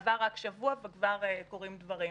עבר רק שבוע וכבר קורים דברים.